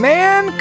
Man